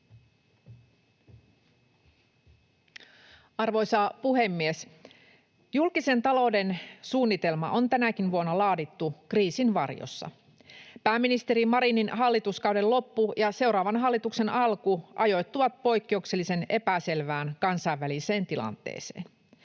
Arvoisa puhemies! Julkisen talouden suunnitelma on tänäkin vuonna laadittu kriisin varjossa. Pääministeri Marinin hallituskauden loppu ja seuraavan hallituksen alku ajoittuvat poikkeuksellisen epäselvään kansainväliseen tilanteeseen.